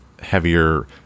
heavier